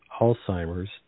Alzheimer's